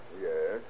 Yes